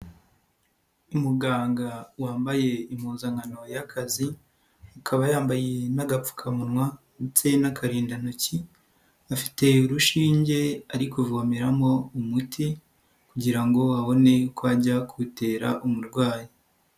Umuganga wambaye impuzankano y'akazi, akaba yambaye n'agapfukamunwa ndetse ndetse n'akarindantoki, afite urushinge ari kuvomeramo umuti kugira ngo abone ko ajya kuwutera umurwayi.